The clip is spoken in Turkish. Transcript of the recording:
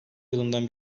yılından